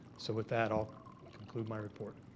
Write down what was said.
so with that, i'll conclude my report.